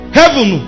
heaven